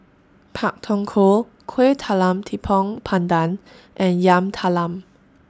Pak Thong Ko Kueh Talam Tepong Pandan and Yam Talam